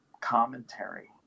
commentary